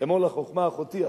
"אמר לחכמה אחתי את",